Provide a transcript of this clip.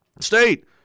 state